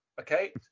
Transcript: Okay